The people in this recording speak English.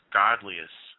godliest